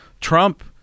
trump